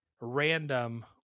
random